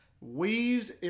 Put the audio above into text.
weaves